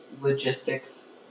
logistics